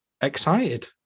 excited